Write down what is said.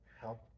help